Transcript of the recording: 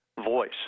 voice